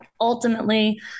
ultimately